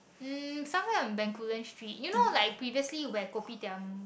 um somewhere on Bencoolen Street you know like previously like kopitiam